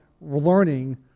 learning